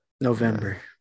November